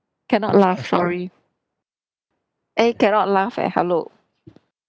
cannot laugh sorry eh cannot laugh leh hello